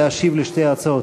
להשיב על שתי ההצעות.